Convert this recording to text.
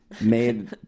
made